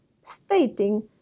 stating